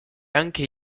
anche